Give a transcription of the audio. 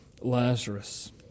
Lazarus